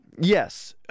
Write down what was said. yes